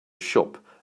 shop